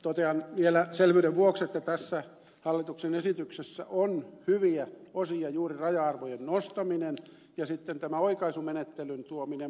totean vielä selvyyden vuoksi että tässä hallituksen esityksessä on hyviä osia juuri raja arvojen nostaminen ja sitten tämä oikaisumenettelyn tuominen mukaan